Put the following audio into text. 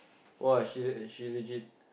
!wah! she uh she legit